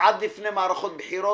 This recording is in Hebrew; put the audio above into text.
עד לפני מערכות בחירות,